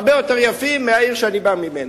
הרבה יותר יפים מאשר בעיר שאני בא ממנה.